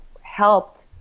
helped